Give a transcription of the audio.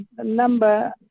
number